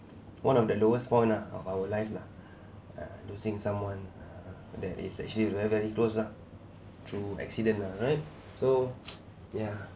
one of the lowest point ah of our life lah uh losing someone that is actually very very close lah through accident ah right so ya